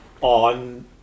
On